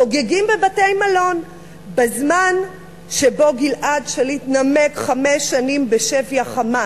חוגגים בבתי-מלון בזמן שגלעד שליט נמק חמש שנים בשבי ה"חמאס".